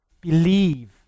Believe